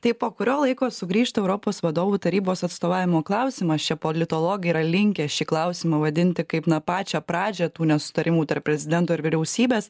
tai po kurio laiko sugrįžta europos vadovų tarybos atstovavimo klausimas čia politologai yra linkę šį klausimą vadinti kaip na pačią pradžią tų nesutarimų tarp prezidento ir vyriausybės